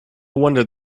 wonder